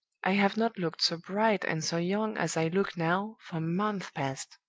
i have not looked so bright and so young as i look now for months past!